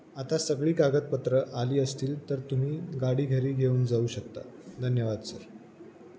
आता सगळी कागदपत्र आली असतील तर तुम्ही गाडी घरी घेऊन जाऊ शकता धन्यवाद सर